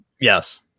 Yes